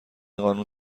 قانون